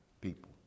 people